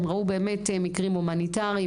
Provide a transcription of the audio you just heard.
הם ראו באמת מקרים המוניטריים,